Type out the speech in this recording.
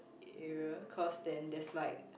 area cause then there's like